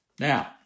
Now